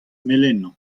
melenañ